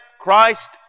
Christ